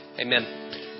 Amen